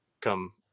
come